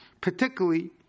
particularly